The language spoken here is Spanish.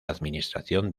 administración